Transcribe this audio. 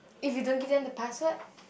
if you didn't give them the password